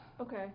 Okay